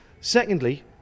Secondly